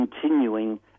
continuing